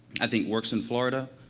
i think, works in florida,